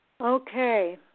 Okay